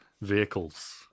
vehicles